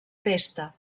pesta